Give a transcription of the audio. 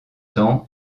temps